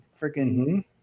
freaking